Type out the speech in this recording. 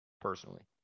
personally